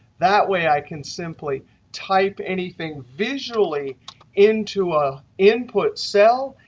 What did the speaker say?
that way, i can simply type anything visually into a input cell,